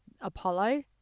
Apollo